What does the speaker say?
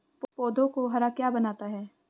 पौधों को हरा क्या बनाता है?